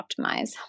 optimize